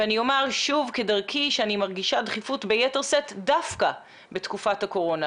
ואני אומר שוב כדרכי שאני מרגישה דחיפות ביתר שאת דווקא בתקופת הקורונה,